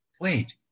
wait